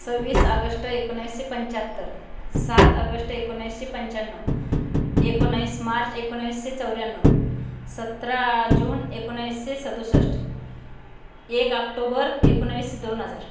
सव्वीस आगस्ट एकोणावीसशे पंच्याहत्तर सात अगस्ट एकोणावीसशे पंच्याण्णव एकोणीस मार्च एकोणावीसशे चौऱ्याण्णव सतरा जून एकोणावीसशे सदुसष्ट एक आक्टोबर एकोणीस दोन हजार